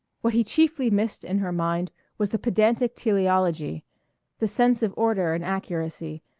what he chiefly missed in her mind was the pedantic teleology the sense of order and accuracy,